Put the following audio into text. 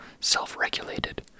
self-regulated